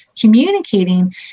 communicating